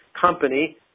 company